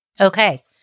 Okay